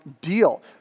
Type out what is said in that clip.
deal